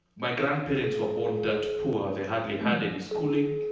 my grandparents were born dirt poor. they hardly had any schooling.